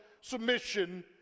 submission